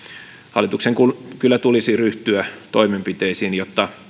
hallituksen tulisi kyllä ryhtyä toimenpiteisiin jotta